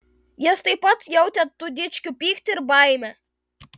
jis taip pat jautė tų dičkių pyktį ir baimę